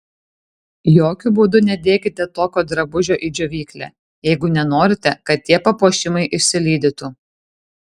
jokiu būdu nedėkite tokio drabužio į džiovyklę jeigu nenorite kad tie papuošimai išsilydytų